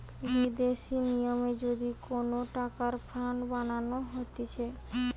বিদেশি নিয়মে যদি কোন টাকার ফান্ড বানানো হতিছে